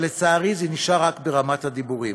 אבל לצערי זה נשאר רק ברמת הדיבורים.